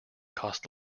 cost